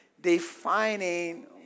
Defining